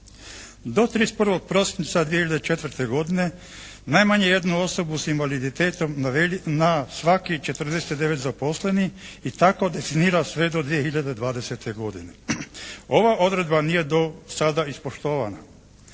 Do 31. prosinca 2004. godine najmanje jednu osobu s invaliditetom na svakih 49 zaposlenih i tako definira sve do 2020. godine. Ova odredba nije do sada ispoštovana.